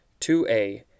2A